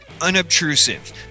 unobtrusive